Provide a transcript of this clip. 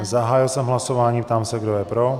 Zahájil jsem hlasování a ptám se, kdo je pro.